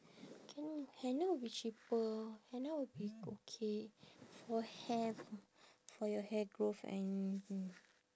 can henna will be cheaper henna will be okay for hair for your hair growth and